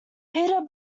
peter